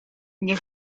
nie